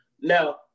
Now